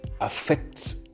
affects